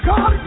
God